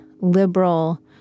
liberal